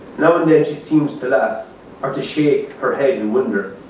now and then she seemed to laugh or to shake her head in wonder.